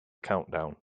countdown